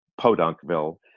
Podunkville